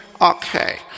Okay